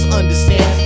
understand